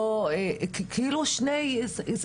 כאילו שתי עובדות,